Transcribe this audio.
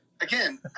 again